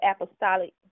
apostolic